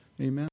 Amen